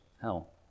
hell